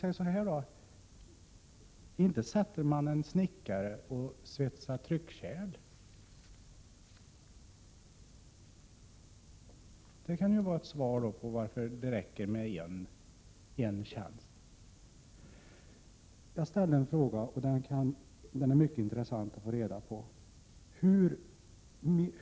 Inte sätter man en snickare att svetsa tryckkärl. Det kan vara ett exempel på att det räcker med en tjänst. Jag ställde en fråga som det skulle vara mycket intressant att få svar på.